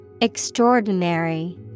Extraordinary